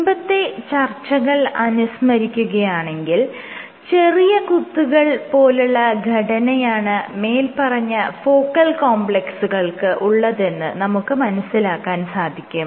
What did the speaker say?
മുൻപത്തെ ചർച്ചകൾ അനുസ്മരിക്കുകയാണെങ്കിൽ ചെറിയ കുത്തുകൾ പോലുള്ള ഘടനയാണ് മേല്പറഞ്ഞ ഫോക്കൽ കോംപ്ലെക്സുകൾക്ക് ഉള്ളതെന്ന് നമുക്ക് മനസ്സിലാക്കാൻ സാധിക്കും